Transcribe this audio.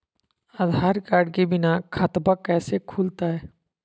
आधार card के बिना खाताबा कैसे खुल तय?